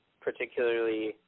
particularly